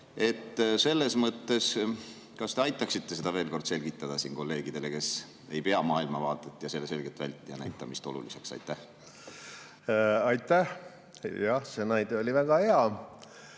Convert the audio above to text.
ja silmnähtavalt. Kas te aitaksite seda veel kord selgitada kolleegidele, kes ei pea maailmavaadet ja selle selget väljanäitamist oluliseks? Aitäh! Jah, see näide oli väga hea.